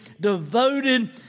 devoted